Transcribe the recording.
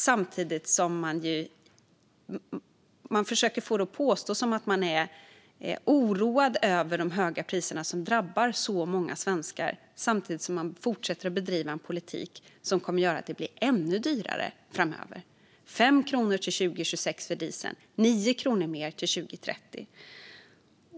Samtidigt som man försöker få det att framstå som att man är oroad över de höga priserna som drabbar så många svenskar fortsätter man att bedriva en politik som kommer att göra det ännu dyrare framöver - 5 kronor till 2026 för dieseln, 9 kronor mer till 2030.